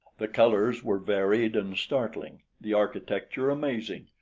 the colors were varied and startling, the architecture amazing.